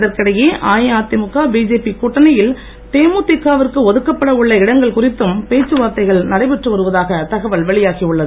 இதற்கிடையே அஇஅதிமுக பிஜேபி கூட்டணியில் தேமுதிக விற்கு ஒதுக்கப்பட உள்ள இடங்கள் குறித்தும் பேச்சுவார்த்தைகள் நடைபெற்று வருவதாக தகவல் வெளியாகி உள்ளது